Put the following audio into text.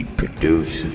produce